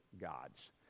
gods